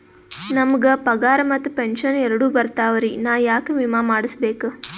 ನಮ್ ಗ ಪಗಾರ ಮತ್ತ ಪೆಂಶನ್ ಎರಡೂ ಬರ್ತಾವರಿ, ನಾ ಯಾಕ ವಿಮಾ ಮಾಡಸ್ಬೇಕ?